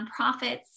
nonprofits